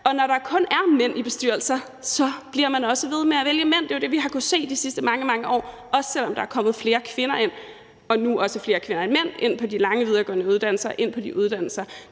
og når der kun er mænd i bestyrelser, bliver man også ved med at vælge mænd. Det er jo det, som vi har kunnet se i de sidste mange, mange år, også selv om der er kommet flere kvinder ind og nu også flere kvinder end mænd ind på de lange videregående uddannelser og ind på de uddannelser,